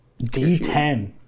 D10